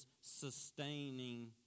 sustaining